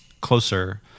closer